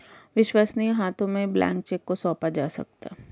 विश्वसनीय हाथों में ही ब्लैंक चेक को सौंपा जा सकता है